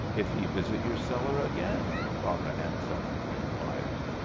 if he visit your cellar again? father anselm inquired.